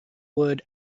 word